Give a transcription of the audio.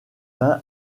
vins